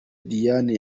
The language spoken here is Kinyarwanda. diane